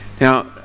Now